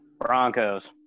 Broncos